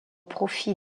profit